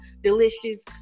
delicious